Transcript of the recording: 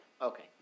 Okay